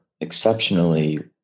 exceptionally